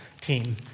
team